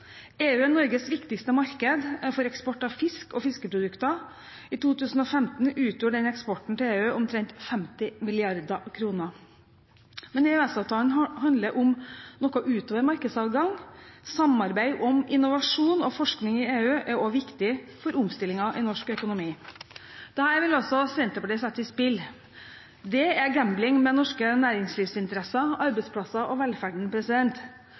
EU er Norges viktigste marked for eksport av fisk og fiskeprodukter. I 2015 utgjorde den eksporten til EU omtrent 50 mrd. kr. Men EØS-avtalen handler om noe utover markedsadgang – samarbeid om innovasjon og forskning i EU er også viktig for omstillingen i norsk økonomi. Dette vil også Senterpartiet sette i spill. Det er gambling med norske næringslivsinteresser, arbeidsplasser og velferden,